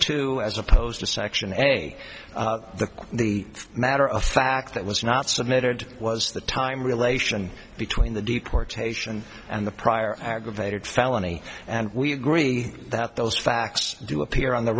to as opposed to section any the the matter of fact that was not submitted was the time relation between the deportation and the prior aggravated felony and we agree that those facts do appear on the